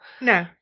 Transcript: no